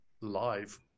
live